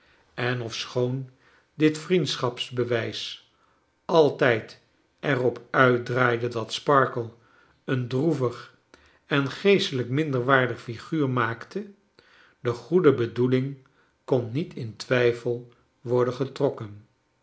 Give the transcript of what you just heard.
en ofschoon dit vriendschapsbewijs altijd er op uitdraaide idat sparkler een droevig en geestelijk minderwaardig figuur maakte de goede bedoeling kon niet in twijfel worden getrokken